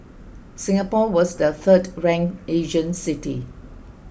Singapore was the third ranked Asian city